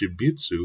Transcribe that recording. Shibitsu